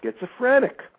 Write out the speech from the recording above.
schizophrenic